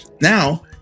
Now